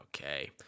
okay